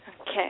Okay